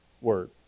word